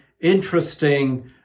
interesting